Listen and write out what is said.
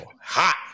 hot